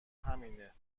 همینه